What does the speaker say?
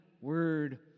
Word